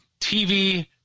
tv